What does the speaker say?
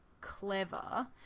Clever